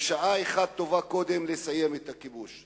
ושעה אחת קודם טובה לסיים את הכיבוש.